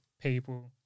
people